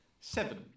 Seven